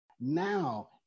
now